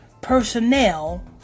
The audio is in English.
personnel